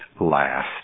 last